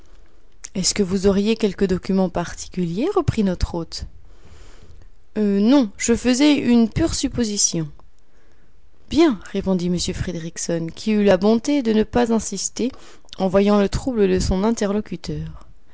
est-ce que vous auriez quelque document particulier reprit notre hôte non je faisais une pure supposition bien répondît m fridriksson qui eut la bonté de ne pas insister en voyant le trouble de son interlocuteur